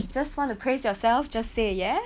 you just want to praise yourself just say ya